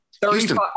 Houston